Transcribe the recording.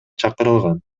чакырылган